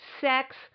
sex